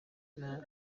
nabi